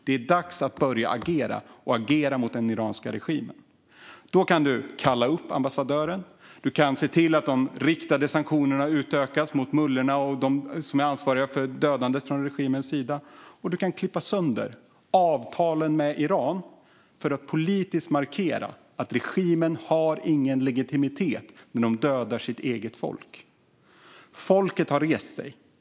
Det är dags att börja agera mot den iranska regimen. Då kan du kalla upp ambassadören, du kan se till att de riktade sanktionerna mot mullorna och dem inom regimen som är ansvariga för dödandet utökas och du kan klippa sönder avtalen med Iran för att politiskt markera att regimen inte har någon legitimitet. De dödar sitt eget folk, men folket har rest sig.